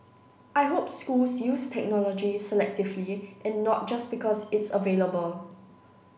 I hope schools use technology selectively and not just because it's available